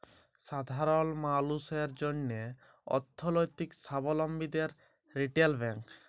সাধারল মালুসের জ্যনহে অথ্থলৈতিক সাবলম্বী দেয় রিটেল ব্যাংক